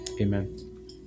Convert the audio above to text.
Amen